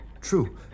true